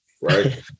right